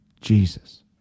Jesus